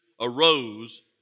arose